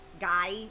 guy